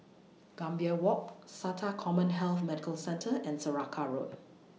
Gambir Walk Sata Commhealth Medical Centre and Saraca Road